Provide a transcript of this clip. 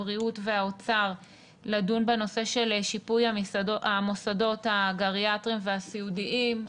הבריאות והאוצר לדון בנושא של שיפוי המוסדות הגריאטריים והסיעודיים.